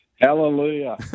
Hallelujah